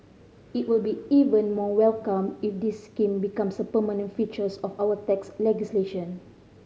it will be even more welcomed if this scheme becomes a permanent features of our tax